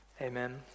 amen